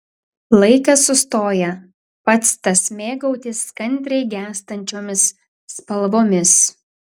laikas sustoja pats tas mėgautis kantriai gęstančiomis spalvomis